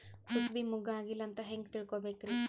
ಕೂಸಬಿ ಮುಗ್ಗ ಆಗಿಲ್ಲಾ ಅಂತ ಹೆಂಗ್ ತಿಳಕೋಬೇಕ್ರಿ?